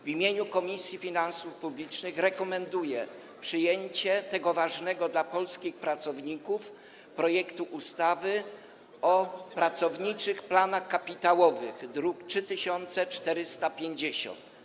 W imieniu Komisji Finansów Publicznych rekomenduję przyjęcie tego ważnego dla polskich pracowników projektu ustawy o pracowniczych planach kapitałowych, druk nr 3450.